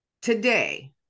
Today